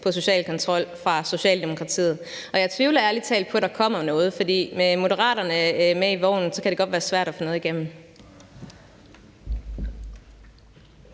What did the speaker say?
om social kontrol fra Socialdemokratiets side, og jeg tvivler ærlig talt på, at der kommer noget. For med Moderaterne med på vognen kan det godt være svært at få noget igennem.